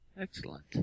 Excellent